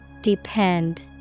Depend